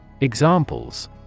Examples